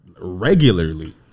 regularly